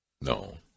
No